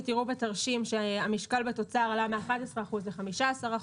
המשקל שלו בתוצר עלה מ-11% ל-15%,